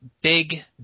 big